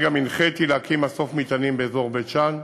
גם הנחיתי להקים מסוף מטענים באזור בית-שאן.